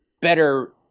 better –